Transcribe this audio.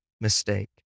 mistake